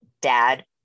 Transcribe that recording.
dad